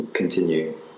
Continue